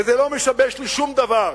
וזה לא משבש לי שום דבר,